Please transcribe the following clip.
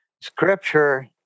Scripture